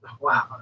wow